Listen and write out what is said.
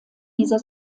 dieser